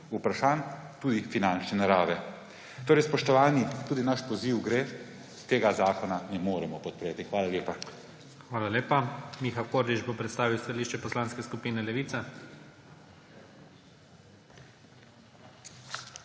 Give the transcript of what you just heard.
vprašanj, tudi finančne narave. Spoštovani, tudi naš poziv gre, tega zakona ne moremo podpreti. Hvala lepa. PREDSEDNIK IGOR ZORČIČ: Hvala lepa. Miha Kordiš bo predstavil stališče Poslanske skupine Levica.